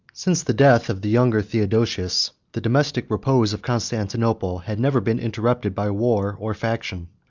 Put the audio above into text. since the death of the younger theodosius, the domestic repose of constantinople had never been interrupted by war or faction.